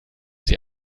sie